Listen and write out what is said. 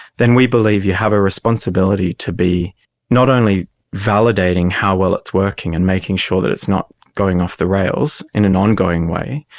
then we believe you have a responsibility to be not only validating how well it's working and making sure that it's not going off the rails in an ongoing way,